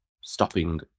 stopping